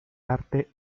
arte